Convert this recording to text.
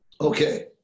Okay